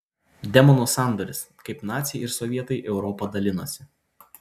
demonų sandoris kaip naciai ir sovietai europą dalinosi